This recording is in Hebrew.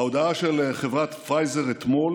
ההודעה של חברת פייזר אתמול